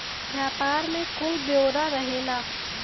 व्यापार के कुल ब्योरा रहेला